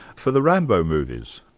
for the rambo movies.